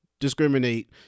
discriminate